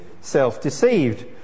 self-deceived